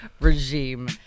regime